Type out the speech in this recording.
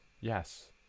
Yes